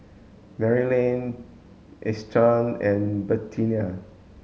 Maryanne Eustace and Bertina